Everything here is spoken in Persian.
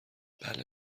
بله